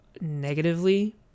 negatively